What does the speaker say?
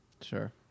Sure